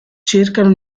cercano